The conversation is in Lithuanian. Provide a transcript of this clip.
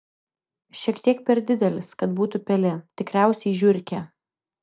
šiek tiek per didelis kad būtų pelė tikriausiai žiurkė